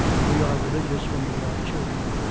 we are religious when we are children,